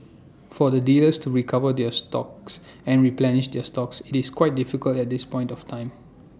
for the dealers to recover their stocks and replenish their stocks IT is quite difficult at this point of time